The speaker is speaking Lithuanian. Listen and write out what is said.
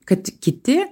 kad kiti